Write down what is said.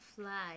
fly